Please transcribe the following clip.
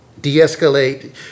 De-escalate